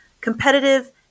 competitive